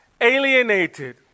alienated